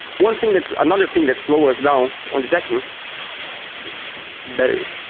one thing. that's another thing that slow us down on the decking is batteries.